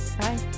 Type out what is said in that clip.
bye